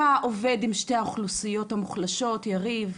אתה עובד עם שתי האוכלוסיות המוחלשות, יריב.